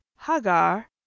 Hagar